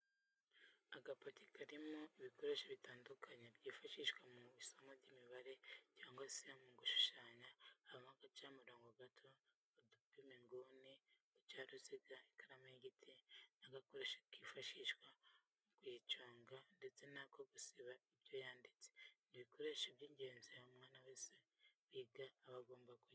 Agapaki karimo ibikoresho bitandukanye byifashishwa mu isomo ry'imibare cyangwa se mu gushushanya habamo agacamurongo gato, udupima inguni, uducaruziga, ikaramu y'igiti n'agakoresho kifashishwa mu kuyiconga ndetse n'ako gusiba ibyo yanditse, ni ibikoresho by'ingenzi umwana wese wiga aba agomba kugira.